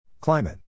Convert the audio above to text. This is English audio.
Climate